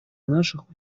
наших